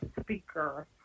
speaker